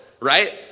right